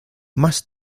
más